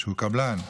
שהוא קבלן,